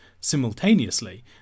simultaneously